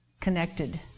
connected